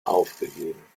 aufgegeben